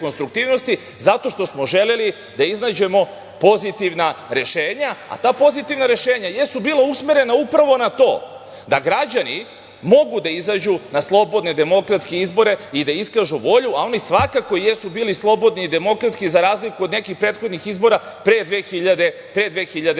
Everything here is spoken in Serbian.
zato što smo želeli da iznađemo pozitivna rešenja, a ta pozitivna rešenja jesu bila usmerena upravo na to da građani mogu da izađu na slobodne demokratske izbore i da iskažu volju, a oni svakako jesu bili slobodni i demokratski za razliku od nekih prethodnih izbora pre 2012.